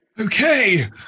Okay